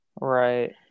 Right